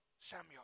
Samuel